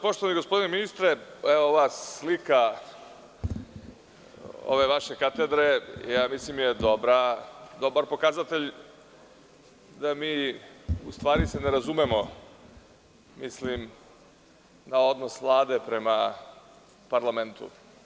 Poštovani gospodine ministre, evo ova slika, ove vaše katedre, ja mislim je dobar pokazatelj da se mi u stvari ne razumemo, mislim na odnos Vlade prema parlamentu.